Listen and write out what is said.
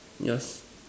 yeah